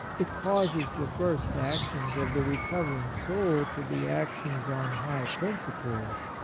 it causes the first actions of the recovering soul to be actions on high principles,